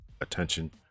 attention